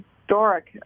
historic